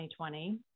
2020